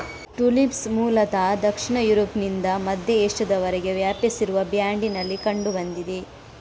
tulips ಮೂಲತಃ ದಕ್ಷಿಣ ಯುರೋಪ್ನಿಂದ ಮಧ್ಯ ಏಷ್ಯಾದವರೆಗೆ ವ್ಯಾಪಿಸಿರುವ ಬ್ಯಾಂಡಿನಲ್ಲಿ ಕಂಡು ಬಂದಿದೆ